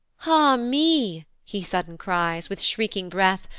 ah me, he sudden cries, with shrieking breath,